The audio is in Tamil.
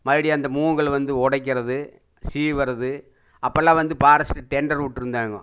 மறுப்படி அந்த மூங்கில வந்து உடைக்கிறது சீவறது அப்பெல்லாம் வந்து பாரஸ்ட்டு டெண்டர் விட்டுருந்தாங்கோ